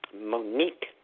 Monique